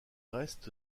restes